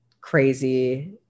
crazy